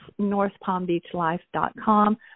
northpalmbeachlife.com